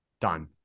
Done